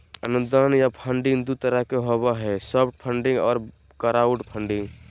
अनुदान या फंडिंग दू तरह के होबो हय सॉफ्ट फंडिंग आर क्राउड फंडिंग